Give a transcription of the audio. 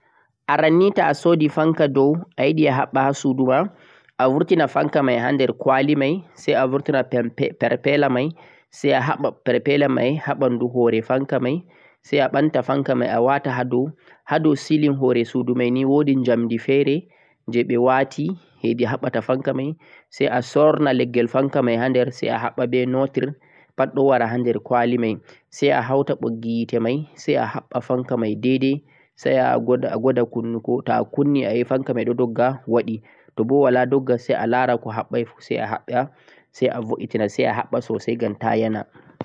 Arannii Ta'asoodi ɓokkotowa hendu ayiɗe a haɓɓa ha suudu ma, vultunu ɓokkotowa hendu mai ha nder kwali sai kaɓɓa belileji maga ha hoore maga ha leddi sai kaɓɓa nga ha dou sudu mai.